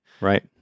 Right